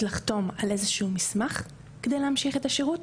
לחתום על איזשהו מסמך כדי להמשיך את השירות?